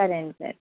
సరే అండీ సరే